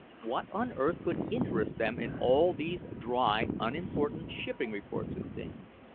what on earth could interest them in all these dry, unimportant shipping reports and things?